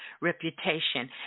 reputation